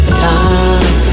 time